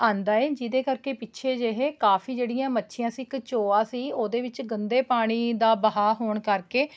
ਆਉਂਦਾ ਏ ਜਿਹਦੇ ਕਰਕੇ ਪਿੱਛੇ ਜਿਹੇ ਕਾਫੀ ਜਿਹੜੀਆਂ ਮੱਛੀਆਂ ਸੀ ਇੱਕ ਚੋਆ ਸੀ ਉਹਦੇ ਵਿੱਚ ਗੰਦੇ ਪਾਣੀ ਦਾ ਵਹਾਅ ਹੋਣ ਕਰਕੇ